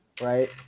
right